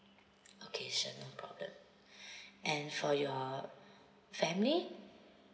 okay sure no problem and for your family